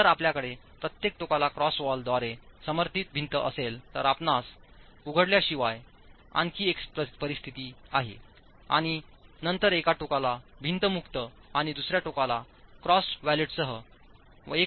जर आपल्याकडे प्रत्येक टोकाला क्रॉस वॉल द्वारे समर्थीत भिंत असेल तर आपणास उघडल्याशिवाय आणखी एक परिस्थिती आहेआणि नंतर एका टोकाला भिंत मुक्त आणि दुसर्या टोकाला क्रॉस वॉलेटसह 1